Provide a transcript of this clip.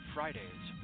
Fridays